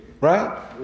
right